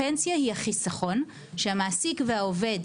הפנסיה היא החיסכון המעסיק והעובד,